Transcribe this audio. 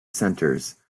centres